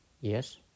Yes